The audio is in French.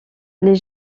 les